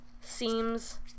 seems